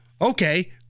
Okay